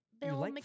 Bill